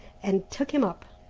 and took him up,